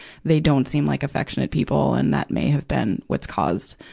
they don't seem like affectionate people, and that may have been what's caused,